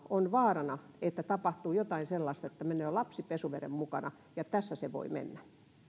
on vaarana että koronan varjolla tapahtuu jotain sellaista että menee lapsi pesuveden mukana ja tässä se voi mennä